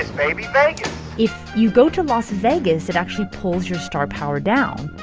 and baby, vegas if you go to las vegas, it actually pulls your star power down